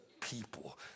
people